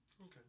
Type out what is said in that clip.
Okay